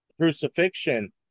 crucifixion